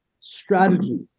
strategy